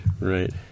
right